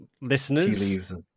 listeners